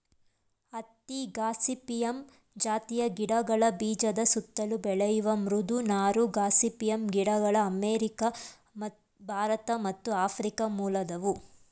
ಹತ್ತಿ ಗಾಸಿಪಿಯಮ್ ಜಾತಿಯ ಗಿಡಗಳ ಬೀಜದ ಸುತ್ತಲು ಬೆಳೆಯುವ ಮೃದು ನಾರು ಗಾಸಿಪಿಯಮ್ ಗಿಡಗಳು ಅಮೇರಿಕ ಭಾರತ ಮತ್ತು ಆಫ್ರಿಕ ಮೂಲದವು